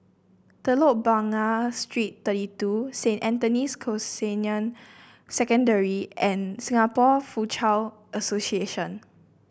Telok Blangah Street Thirty two Saint Anthony's Canossian Secondary and Singapore Foochow Association